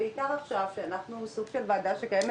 בעיקר עכשיו כשאנחנו סוג של ועדה שקיימת